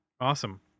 Awesome